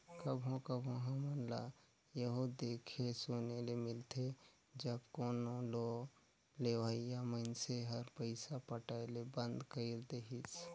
कभों कभों हमन ल एहु देखे सुने ले मिलथे जब कोनो लोन लेहोइया मइनसे हर पइसा पटाए ले बंद कइर देहिस